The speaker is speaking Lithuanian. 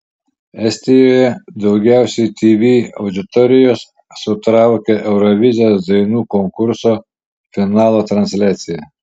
estijoje daugiausiai tv auditorijos sutraukė eurovizijos dainų konkurso finalo transliacija